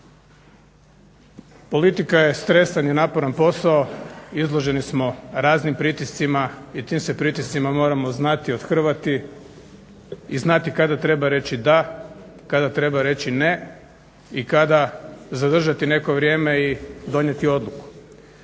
Politika je stresan i naporan posao, izloženi smo raznim pritiscima i tim se pritiscima moramo znati othrvati i znati kada treba reći da, kada treba reći ne i kada zadržati neko vrijeme i donijeti odluku.